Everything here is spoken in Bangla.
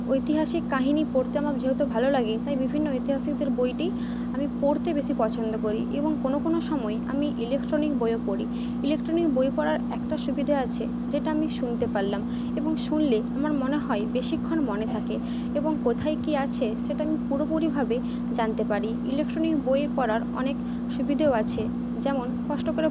ঐতিহাসিক কাহিনি পড়তে আমার যেহেতু ভালো লাগে তাই বিভিন্ন ঐতিহাসিকদের বইটি আমি পড়তে বেশি পছন্দ করি এবং কোনো কোনো সময়ে আমি ইলেকট্রনিক বইও পড়ি ইলেকট্রনিক বই পড়ার একটা সুবিধে আছে যেটা আমি শুনতে পারলাম এবং শুনলে আমার মনে হয় বেশিক্ষণ মনে থাকে এবং কোথায় কী আছে সেটা আমি পুরোপুরিভাবে জানতে পারি ইলেকট্রনিক বই পড়ার অনেক সুবিধেও আছে যেমন কষ্ট করে